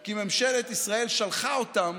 כי ממשלת ישראל שלחה אותם